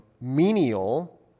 menial